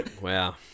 Wow